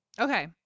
Okay